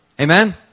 Amen